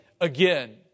again